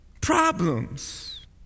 problems